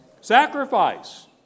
Sacrifice